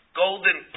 golden